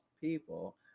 people